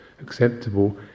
acceptable